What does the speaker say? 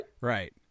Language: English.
Right